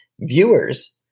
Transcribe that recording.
viewers